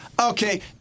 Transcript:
Okay